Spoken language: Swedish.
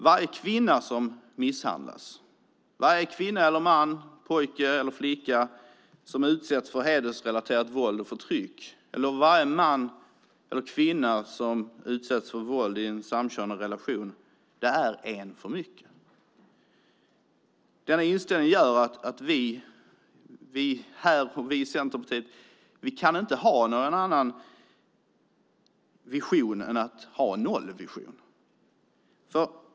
Varje kvinna som misshandlas, varje kvinna eller man, pojke eller flicka som utsätts för hedersrelaterat våld och förtryck och varje man eller kvinna som utsätts för våld i en samkönad relation är en för mycket. Denna inställning gör att vi i Centerpartiet inte kan ha någon annan vision än en nollvision.